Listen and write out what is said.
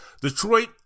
Detroit